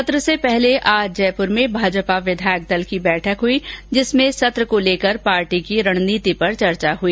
सत्र से पहले आज जयपुर में भाजपा विधायक दल की बैठक हुई जिसमें सत्र को लेकर पार्टी की रणनीति पर चर्चा हुई